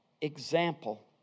example